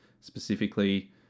Specifically